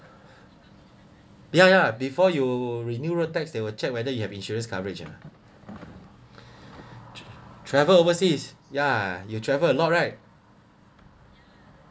ya ya before you renew road tax they will check whether you have insurance coverage ah travel overseas ya you travel a lot right